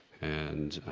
and,